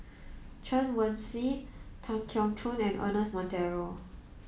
Chen Wen Hsi Tan Keong Choon and Ernest Monteiro